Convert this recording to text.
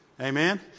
Amen